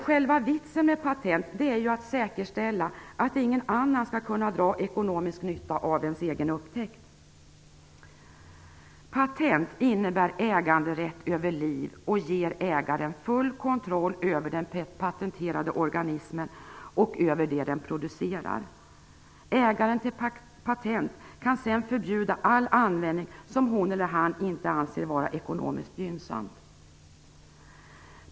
Själva vitsen med patent är ju att säkerställa att ingen annan skall kunna dra ekonomisk nytta av ens egen upptäckt. Patent i detta sammanhang innebär äganderätt över liv och ger ägaren full kontroll över den patenterade organismen och över det som den producerar. Ägaren till patent kan sedan förbjuda all användning som hon eller han inte anser vara ekonomisk gynnsam.